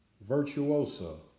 Virtuoso